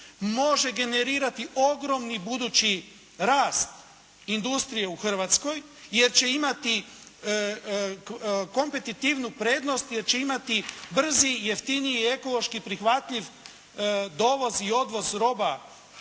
Može generirati ogromni budući rast industrije u Hrvatskoj jer će imati kompetitivnu prednost, jer će imati brzi, jeftiniji i ekološki prihvatljiv dovoz i odvoz roba